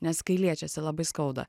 nes kai liečiasi labai skauda